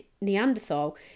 Neanderthal